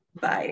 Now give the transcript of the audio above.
Bye